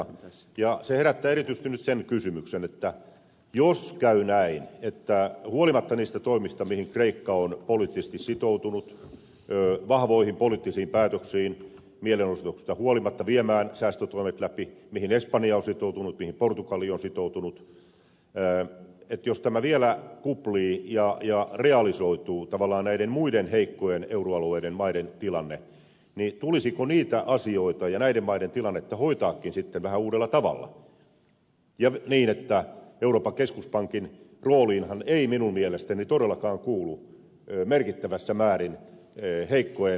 se herättää erityisesti nyt sen kysymyksen jos käy näin että huolimatta niistä toimista mihin kreikka on poliittisesti sitoutunut vahvoihin poliittisiin päätöksiin mielenosoituksista huolimatta viemään säästötoimet läpi mihin espanja on sitoutunut mihin portugali on sitoutunut tämä vielä kuplii ja realisoituu tavallaan näiden muiden heikkojen euroalueen maiden tilanne niin tulisiko niitä asioita ja näiden maiden tilannetta hoitaakin sitten vähän uudella tavalla ja niin että euroopan keskuspankin rooliinhan ei minun mielestäni todellakaan kuulu merkittävässä määrin heikkojen lainapapereiden hankinta